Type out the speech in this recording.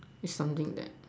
it's something that